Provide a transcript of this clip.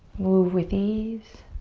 move with ease.